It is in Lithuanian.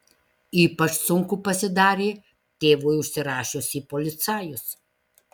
ypač sunku pasidarė tėvui užsirašius į policajus